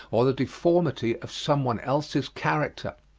or the deformity of some one else's character.